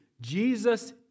Jesus